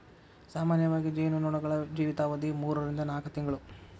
ಸಾಮಾನ್ಯವಾಗಿ ಜೇನು ನೊಣಗಳ ಜೇವಿತಾವಧಿ ಮೂರರಿಂದ ನಾಕ ತಿಂಗಳು